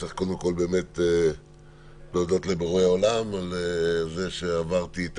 צריך קודם כול להודות לבורא עולם על זה שעברתי את